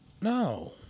No